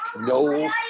no